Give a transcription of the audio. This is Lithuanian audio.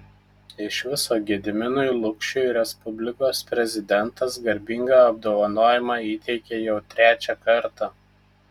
iš viso gediminui lukšiui respublikos prezidentas garbingą apdovanojimą įteikė jau trečią kartą